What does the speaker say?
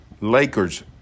Lakers